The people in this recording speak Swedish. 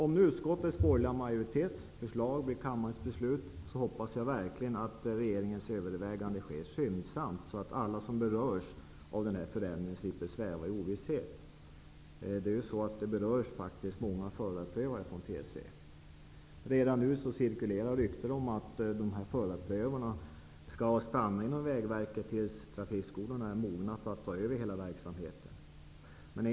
Om nu den borgerliga majoritetens förslag i utskottet blir kammarens beslut, hoppas jag verkligen att regeringens överväganden sker skyndsamt, så att alla som berörs av förändringen slipper sväva i ovisshet. Det här berör ju faktiskt många förarprövare på TSV. Redan nu cirkulerar rykten om att förarprövarna skall stanna inom Vägverket tills trafikskolorna är mogna att ta över hela verksamheten.